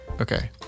Okay